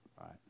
right